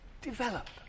develop